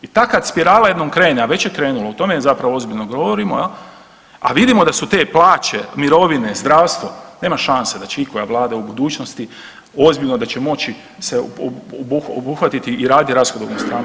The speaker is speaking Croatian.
I ta spirala kad jednom krene, a već je krenulo, o tome zapravo ozbiljno govorimo, a vidimo da su te plaće, mirovine, zdravstvo nema šanse da će ikoja Vlada u budućnosti ozbiljno da će moći se obuhvatiti i raditi rashodovnu stranu.